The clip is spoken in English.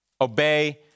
obey